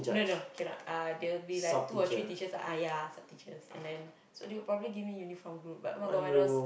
no no cannot uh there will be like two three ah ya sub teachers and then so they will probably give me uniform group but [oh]-my-god when I was